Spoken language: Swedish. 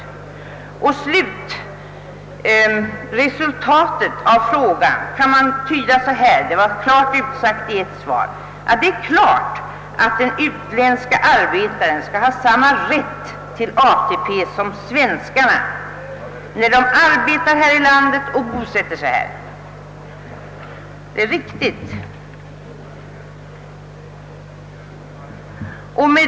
Jag kan sammanfatta resultatet av denna rundfråga genom att citera ett av svaren: »Det är klart att den utländske arbetaren skall ha samma rätt till ATP som svenskarna, när han arbetar här i landet och bosätter sig här.» Detta är naturligtvis riktigt.